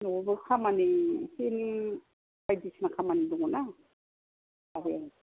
न'आवबो खामानि एसे एनै बायदिसिना खामानि दङना